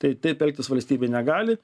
tai taip elgtis valstybė negali